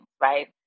right